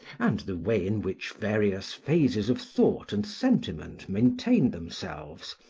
and the way in which various phases of thought and sentiment maintain themselves,